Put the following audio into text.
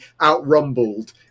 out-rumbled